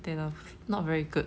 对 lor not very good